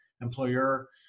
employer